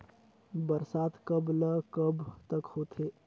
बरसात कब ल कब तक होथे?